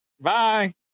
bye